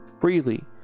freely